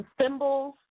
symbols